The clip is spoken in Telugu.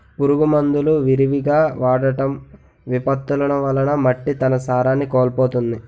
పురుగు మందులు విరివిగా వాడటం, విపత్తులు వలన మట్టి తన సారాన్ని కోల్పోతుంది